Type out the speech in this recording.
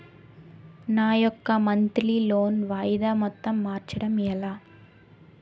నా యెక్క monthly loan వాయిదా మొత్తం మార్చడం ఎలా?